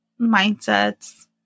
mindsets